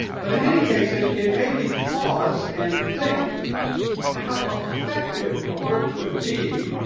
but in any case it it made me pause and think how effective a book could be